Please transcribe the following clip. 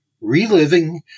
Reliving